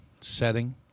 setting